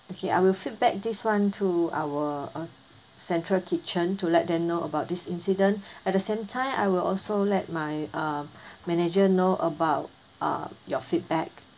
okay I will feedback this one to our uh central kitchen to let them know about this incident at the same time I will also let my uh manager know about uh your feedback